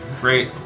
Great